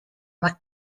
más